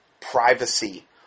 privacy